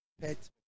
pets